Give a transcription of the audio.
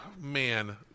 man